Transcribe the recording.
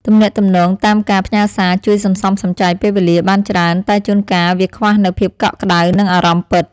ទំនាក់ទំនងតាមការផ្ញើសារជួយសន្សំសំចៃពេលវេលាបានច្រើនតែជួនកាលវាខ្វះនូវភាពកក់ក្តៅនិងអារម្មណ៍ពិត។